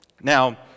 Now